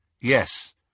Yes